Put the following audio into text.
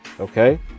Okay